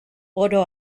oro